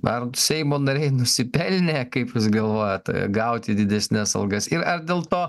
ar seimo nariai nusipelnė kaip jūs galvojat gauti didesnes algas ir ar dėl to